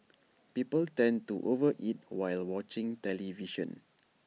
people tend to over eat while watching television